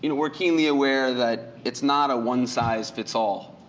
you know we're keenly aware that it's not a one size fits all.